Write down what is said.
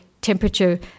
temperature